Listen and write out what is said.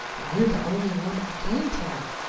an' you're the only one i can tell.